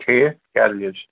ٹھیٖک کیٛاہ دٔلیٖل چھِ